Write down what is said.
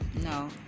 No